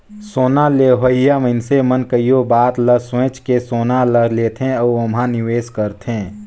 सोना लेहोइया मइनसे मन कइयो बात ल सोंएच के सोना ल लेथे अउ ओम्हां निवेस करथे